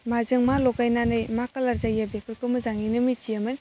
माजों मा लगायनानै मा कालार जायो बेफोरखौ मोजाङैनो मोनथियोमोन